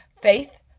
faith